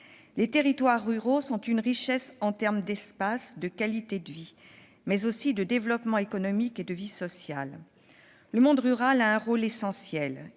Les territoires ruraux sont une richesse en termes d'espace, de qualité de vie, de développement économique et de vie sociale. Le monde rural joue un rôle essentiel.